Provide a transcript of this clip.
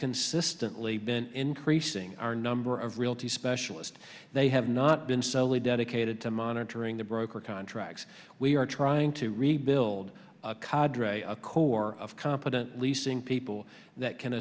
consistently been increasing our number of realty specialist they have not been solely dedicated to monitoring the broker contracts we are trying to rebuild a core of competent leasing people that can